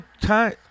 time